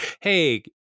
hey